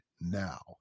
now